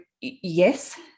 yes